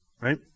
right